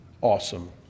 awesome